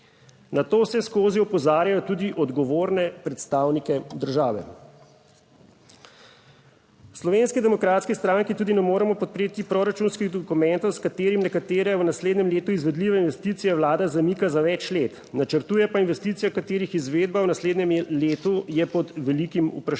Na to vseskozi opozarjajo tudi odgovorne predstavnike države. V Slovenski demokratski stranki tudi ne moremo podpreti proračunskih dokumentov, s katerimi nekatere v naslednjem letu izvedljive investicije Vlada zamika za več let, načrtuje pa investicije, katerih izvedba v naslednjem letu je pod velikim vprašajem;